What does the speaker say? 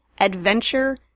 Adventure